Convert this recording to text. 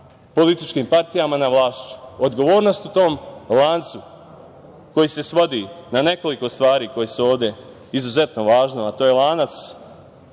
političkim partijama, na vlasti. Odgovornost u tom lancu koji se svodi na nekoliko stvari koje su ovde izuzetno važne, a to je lanac,